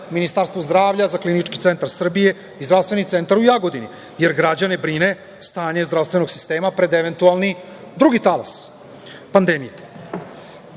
Ministarstvu zdravlja za KCS i zdravstveni centar u Jagodini, jer građane brine stanje zdravstvenog sistema pred eventualni drugi talas pandemije. Početak